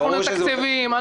אנחנו מתקצבים,